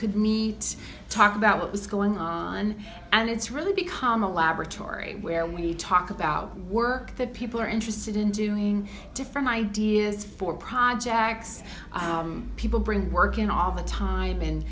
could meet talk about what was going on and it's really become a laboratory where we talk about work that people are interested in doing different ideas for projects people bring work in all the time